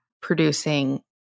producing